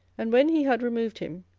and when he had removed him,